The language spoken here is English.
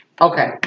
Okay